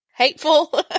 hateful